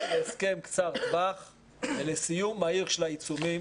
להסכם קצר טווח וסיום מהיר של העיצומים.